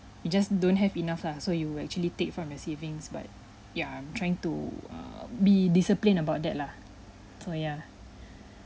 you just don't have enough lah so you will actually take from the savings but ya I'm trying to err be disciplined about that lah so yeah